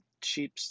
cheap